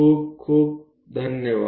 તમારો ખૂબ આભાર